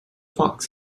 fox